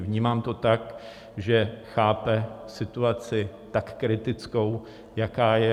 Vnímám to tak, že chápe situaci tak kritickou, jaká je.